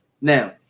Now